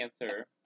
Cancer